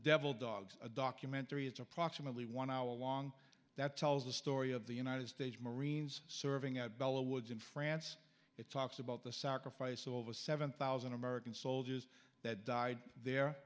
devil dogs a documentary is approximately one hour long that tells the story of the united states marines serving at bella woods in france it talks about the sacrifice of over seven thousand american soldiers that died there